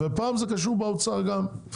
ופעם זה קשור באוצר גם.